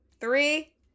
three